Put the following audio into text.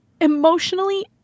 emotionally